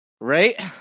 Right